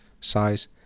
size